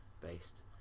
based